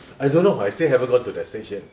I don't know I still haven't gone to that stage yet